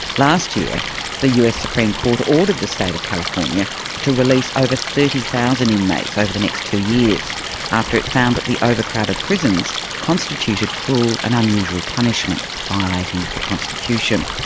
last year the us supreme court ordered the state of california to release over thirty thousand inmates over the next two years after it found that the overcrowded prisons constituted cruel and unusual punishment, violating the constitution.